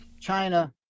China